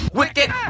Wicked